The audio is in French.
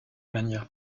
manière